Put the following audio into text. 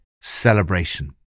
celebration